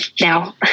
now